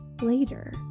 later